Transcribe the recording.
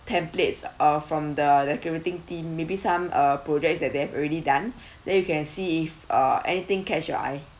templates uh from the decorating team maybe some uh projects that they have already done there you can see if uh anything catch your eye